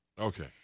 Okay